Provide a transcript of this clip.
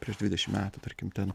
prieš dvidešim metų tarkim ten